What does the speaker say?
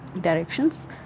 directions